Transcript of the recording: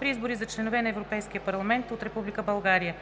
при избори за членове на Европейския парламент от Република България.